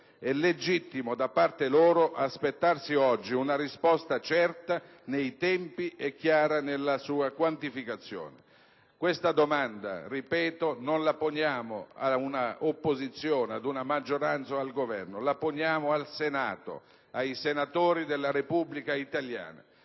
è legittimo da parte loro aspettarsi oggi una risposta certa nei tempi e chiara nella sua quantificazione. Questa domanda, ripeto, non la poniamo ad una opposizione, alla maggioranza o al Governo; la poniamo al Senato, ai senatori della Repubblica italiana;